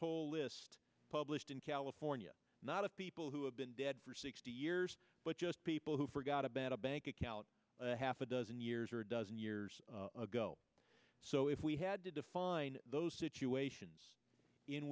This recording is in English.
whole list published in california not of people who have been dead for sixty years but just people who forgot about a bank account half a dozen years or a dozen years ago so if we had to define those